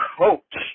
coach